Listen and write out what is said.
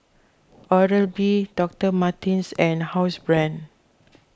Oral B Doctor Martens and Housebrand